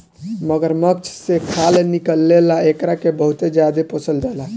मगरमच्छ से खाल निकले ला एकरा के बहुते ज्यादे पोसल जाला